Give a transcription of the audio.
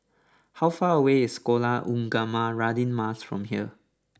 how far away is Sekolah Ugama Radin Mas from here